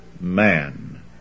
man